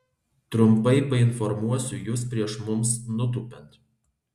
trumpai painformuosiu jus prieš mums nutūpiant